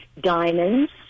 Diamonds